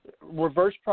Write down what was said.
reverse